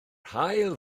haul